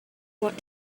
want